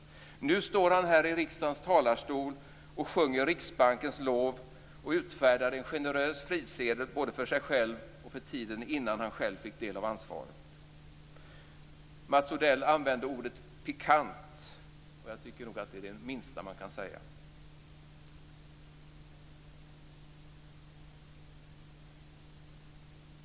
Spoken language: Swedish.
Nu står han här i riksdagens talarstol och sjunger Riksbankens lov samtidigt som han utfärdar en generös frisedel både för sig själv och för tiden innan han fick del av ansvaret. Mats Odell använde ordet pikant, och jag tycker nog att det är det minsta man kan säga.